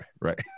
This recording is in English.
right